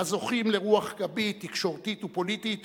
הזוכים לרוח גבית, תקשורתית ופוליטית,